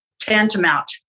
tantamount